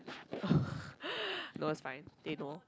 that was fine they know